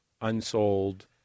unsold